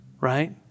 right